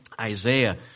Isaiah